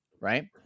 right